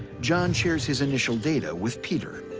john shares his initial data with peter.